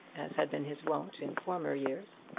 as had been his wont in former years.